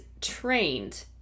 trained